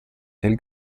del